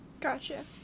Gotcha